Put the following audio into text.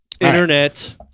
Internet